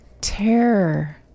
Terror